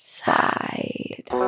side